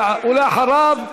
ואחריו,